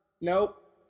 Nope